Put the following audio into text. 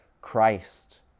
Christ